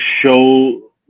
show